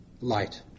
light